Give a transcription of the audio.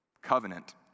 covenant